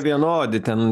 vienodi ten